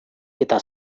eta